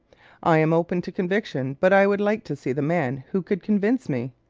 i am open to conviction but i would like to see the man who could convince me!